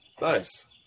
Nice